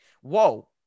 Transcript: whoa